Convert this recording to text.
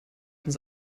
uns